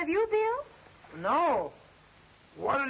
have you know one